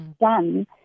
Done